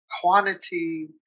quantity